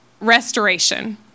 restoration